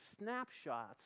snapshots